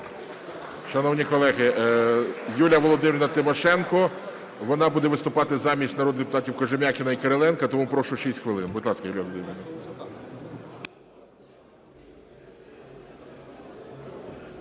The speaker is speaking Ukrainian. Шановні колеги! Юлія Володимирівна Тимошенко. Вона буде виступати замість народних депутатів Кожем'якіна і Кириленка, тому прошу 6 хвилин. Будь ласка, Юлія Володимирівна.